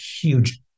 huge